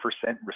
percent